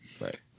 Right